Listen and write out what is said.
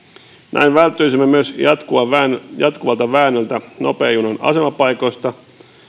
näin välttyisimme myös jatkuvalta väännöltä nopean junan asemapaikoista